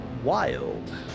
Wild